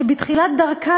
שבתחילת דרכה,